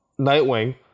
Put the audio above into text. Nightwing